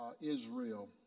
Israel